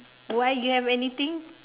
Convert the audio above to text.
why you have anything